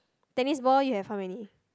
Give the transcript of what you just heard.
tennis ball you have how many